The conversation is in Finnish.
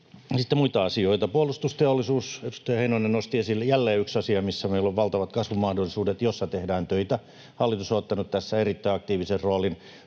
sitten muita asioita: Puolustusteollisuuden nosti edustaja Heinonen esille. Se on jälleen yksi asia, missä meillä on valtavat kasvun mahdollisuudet ja jossa tehdään töitä. Hallitus on ottanut tässä erittäin aktiivisen roolin.